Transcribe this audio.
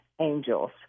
angels